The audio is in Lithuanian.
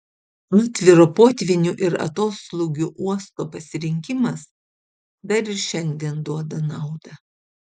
atviro potvynių ir atoslūgių uosto pasirinkimas dar ir šiandien duoda naudą